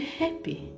happy